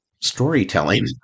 storytelling